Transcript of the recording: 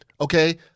okay